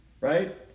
right